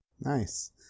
nice